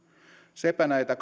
sepä näitä